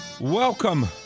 Welcome